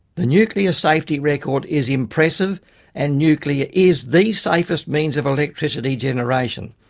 the nuclear safety record is impressive and nuclear is the safest means of electricity generation.